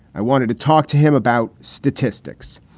i wanted to talk to him about statistics,